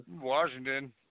Washington